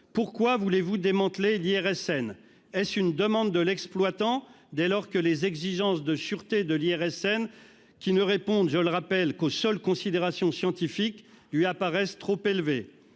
Pourquoi voulez-vous démanteler l'IRSN ? Est-ce une demande de l'exploitant, dès lors que les exigences de sûreté réclamées par l'Institut, qui ne répondent, je le rappelle, qu'aux seules considérations scientifiques, lui paraissent trop élevées ?